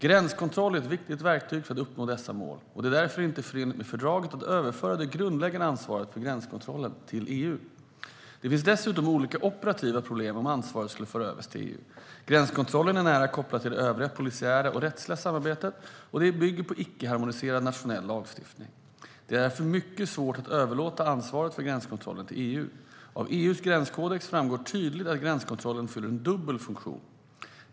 Gränskontroll är ett viktigt verktyg för att uppnå dessa mål, och det är därför inte förenligt med fördraget att överföra det grundläggande ansvaret för gränskontrollen till EU. Det finns dessutom olika operativa problem om ansvaret skulle föras över till EU. Gränskontrollen är nära kopplad till det övriga polisiära och rättsliga arbetet, och det bygger på icke-harmoniserad nationell lagstiftning. Det är därför mycket svårt att överlåta ansvaret för gränskontrollen till EU. Av EU:s gränskodex framgår tydligt att gränskontrollen fyller en dubbel funktion.